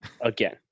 Again